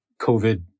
COVID